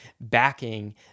backing